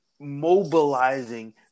mobilizing